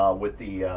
ah with the